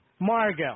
Margot